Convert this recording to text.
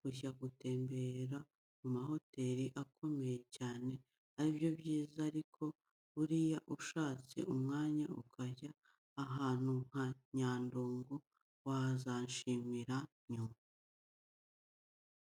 kujya gutemberera mu mahoteri akomeye cyane ari byo byiza ariko buriya ufashe umwanya ukajya ahantu nka Nyandungu wazanshimira nyuma.